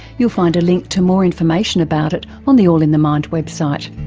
you'll find a link to more information about it on the all in the mind website.